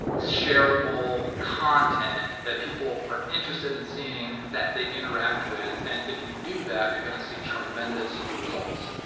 sharable content that people are interested in seeing, that they interact with and if you do that, you're gonna see tremendous results.